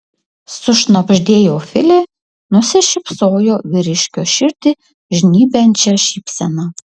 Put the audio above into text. sušnabždėjo filė nusišypsojo vyriškio širdį žnybiančia šypsena